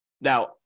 Now